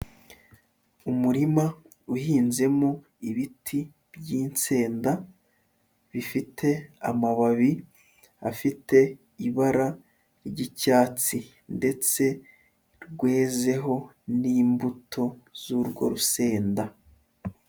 Umurima uhinzemo ibiti by'insenda, bifite amababi afite ibara ry'icyatsi ndetse rwezeho n'imbuto z'urwo rusenda.